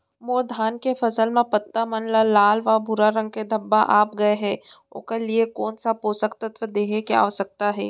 मोर धान के फसल म पत्ता मन म लाल व भूरा रंग के धब्बा आप गए हे ओखर लिए कोन स पोसक तत्व देहे के आवश्यकता हे?